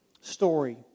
story